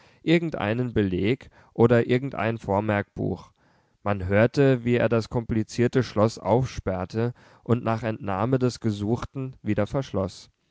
irgendeinen beleg oder irgendein vormerkbuch man hörte wie er das komplizierte schloß aufsperrte und nach entnahme des gesuchten wieder